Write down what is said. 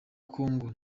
kongo